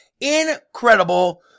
incredible